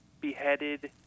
beheaded